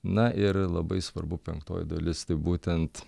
na ir labai svarbu penktoji dalis tai būtent